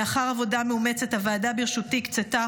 לאחר עבודה מאומצת הוועדה בראשותי הקצתה